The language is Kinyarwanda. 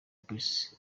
passy